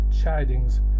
chidings